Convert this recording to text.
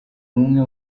umwe